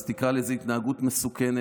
אז תקרא לזה: התנהגות מסוכנת,